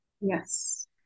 Yes